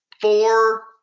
four